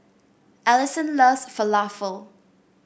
Alyson loves Falafel